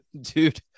dude